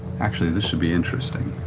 actually, this should be interesting.